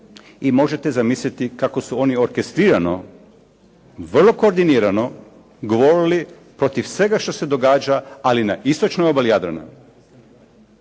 i možete zamisliti kako su oni orkestrirano, vrlo koordinirano govorili protiv svega što se događa, ali na istočnoj obali Jadrana.